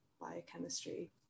biochemistry